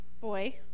boy